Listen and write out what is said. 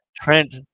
Trent